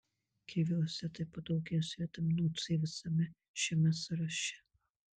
kiviuose taip pat daugiausiai vitamino c visame šiame sąraše